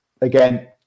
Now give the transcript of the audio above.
again